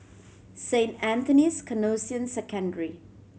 Saint Anthony's Canossian Secondary